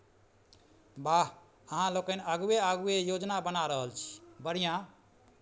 वाह अहाँ लोकनि आगुए आगुए योजना बना रहल छी बढ़िआँ